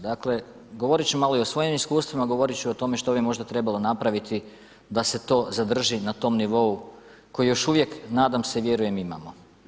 Dakle, govorit ću malo i o svojim iskustvima, govorit ću o tome što bi možda trebalo napraviti da se to zadrži na tom nivou koji još nadam se i vjerujem imamo.